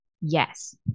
yes